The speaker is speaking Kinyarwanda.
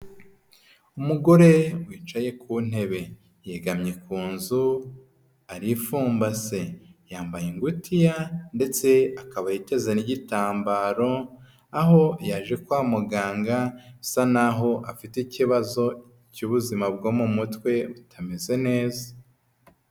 Umugore wicaye ku ntebe, yegamye ku nzu arifumbase, yambaye ingutiya ndetse akaba yiteze n'igitambaro, aho yaje kwa muganga, bisa naho afite ikibazo cy'ubuzima bwo mu mutwe butameze neza.